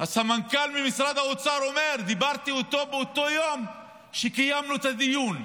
הסמנכ"ל ממשרד האוצר אומר: דיברתי איתו באותו יום שקיימנו את הדיון,